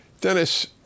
Dennis